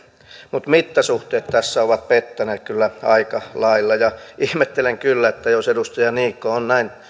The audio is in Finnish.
mutta mittasuhteet tässä ovat pettäneet kyllä aika lailla ja ihmettelen kyllä että jos edustaja niikko on näin